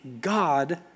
God